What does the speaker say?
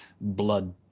blood